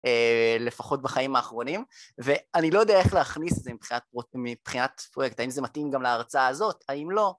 לפחות בחיים האחרונים. ואני לא יודע איך להכניס את זה מבחינת פרויקט האם זה מתאים גם להרצאה הזאת האם לא